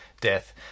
Death